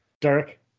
Derek